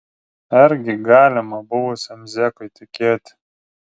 argi galima buvusiam zekui tikėti